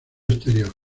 exterior